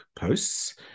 posts